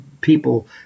people